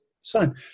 son